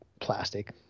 plastic